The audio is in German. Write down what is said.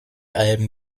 alben